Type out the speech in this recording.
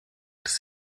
das